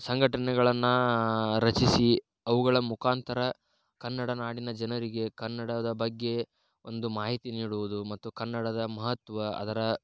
ಸಂಘಟನೆಗಳನ್ನು ರಚಿಸಿ ಅವುಗಳ ಮುಖಾಂತರ ಕನ್ನಡ ನಾಡಿನ ಜನರಿಗೆ ಕನ್ನಡದ ಬಗ್ಗೆ ಒಂದು ಮಾಹಿತಿ ನೀಡುವುದು ಮತ್ತು ಕನ್ನಡದ ಮಹತ್ವ ಅದರ